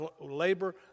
labor